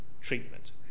treatment